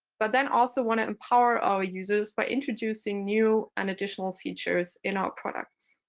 but then also want to empower our users by introducing new and additional features in our products.